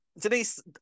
denise